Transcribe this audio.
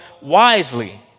wisely